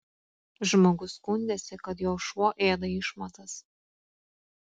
žmogus skundėsi kad jo šuo ėda išmatas